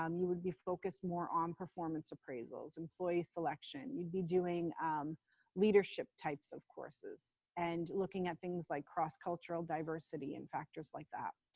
um you would be focused more on performance appraisals, employee selection. you'd be doing leadership types of courses and looking at things like cross cultural diversity and factors like that.